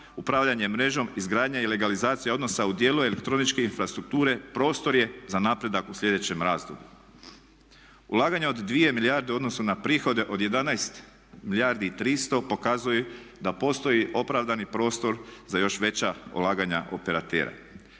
upravljanje mrežom, izgradnja i legalizacija odnosa u dijelu elektroničke infrastrukture prostor je za napredak u sljedećem razdoblju. Ulaganja od 2 milijarde u odnosu na prihode od 11 milijardi i 300 pokazuju da postoji opravdani prostor za još veća ulaganja operatera.